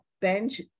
bench